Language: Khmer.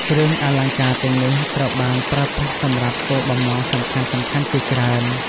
គ្រឿងអលង្ការទាំងនេះត្រូវបានប្រើប្រាស់សម្រាប់គោលបំណងសំខាន់ៗជាច្រើន។